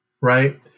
right